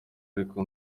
ariko